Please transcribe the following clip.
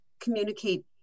communicate